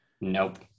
Nope